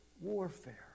warfare